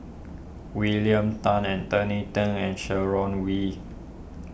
William Tan Anthony then and Sharon Wee